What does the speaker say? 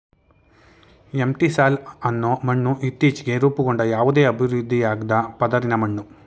entisol ಅನ್ನೋ ಮಣ್ಣು ಇತ್ತೀಚ್ಗೆ ರೂಪುಗೊಂಡ ಯಾವುದೇ ಅಭಿವೃದ್ಧಿಯಾಗ್ದ ಪದರಿನ ಮಣ್ಣು